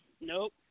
Nope